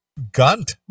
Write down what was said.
gunt